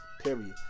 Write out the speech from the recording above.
period